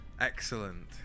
Excellent